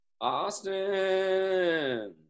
austin